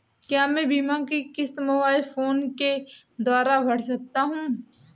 क्या मैं बीमा की किश्त मोबाइल फोन के द्वारा भर सकता हूं?